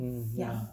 mm ya